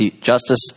Justice